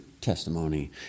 testimony